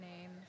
name